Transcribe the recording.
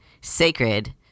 sacred